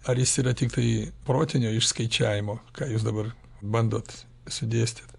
ar jis yra tiktai protinio išskaičiavimo ką jūs dabar bandot sudėstyt